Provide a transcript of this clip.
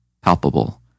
palpable